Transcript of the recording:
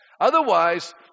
Otherwise